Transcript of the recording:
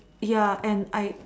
ya and I